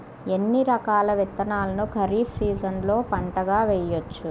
ఎన్ని రకాల విత్తనాలను ఖరీఫ్ సీజన్లో పంటగా వేయచ్చు?